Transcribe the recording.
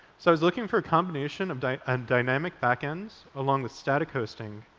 so i was looking for a combination of and dynamic backends along with static hosting.